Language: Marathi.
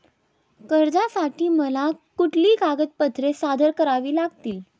कर्जासाठी मला कुठली कागदपत्रे सादर करावी लागतील?